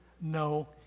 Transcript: no